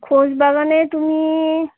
ঘোষ বাগানে তুমি